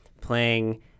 playing